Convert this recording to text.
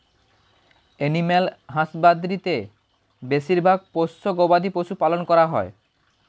animal husbandry তে বেশিরভাগ পোষ্য গবাদি পশু পালন করা হয়